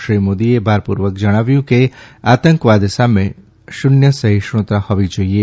શ્રી મોદીએ ભારપૂર્વક જણાવ્યું કે આતંકવાદ સામે શુન્ય સહિષ્ણુતા હોવી જોઇએ